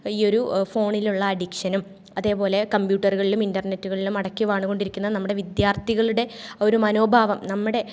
ഈയൊരു ഫോണിലുള്ള അഡിക്ഷനും അതേപോലെ കമ്പ്യൂട്ടറുകളിലും ഇൻറർനെറ്റുകളിലുമടക്കി വാണ്കൊണ്ടിരിക്കുന്ന നമ്മുടെ വിദ്യാർഥികളുടെ ഒരു മനോഭാവം നമ്മുടെ